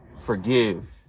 Forgive